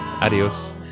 Adios